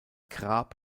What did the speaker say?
grab